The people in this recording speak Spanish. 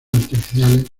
artificiales